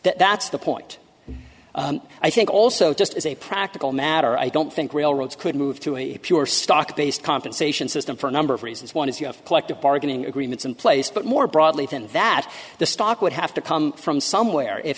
tax that's the point i think also just as a practical matter i don't think railroads could move to a pure stock based compensation system for a number of reasons one is you have collective bargaining agreements in place but more broadly than that the stock would have to come from somewhere if